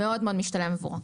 זה מאוד מאוד משתלם עבורו.